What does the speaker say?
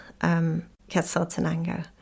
Quetzaltenango